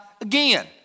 again